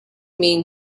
mean